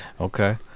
okay